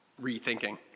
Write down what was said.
rethinking